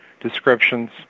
descriptions